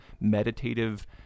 meditative